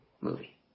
movie